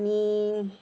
आणि